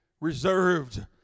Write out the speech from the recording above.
reserved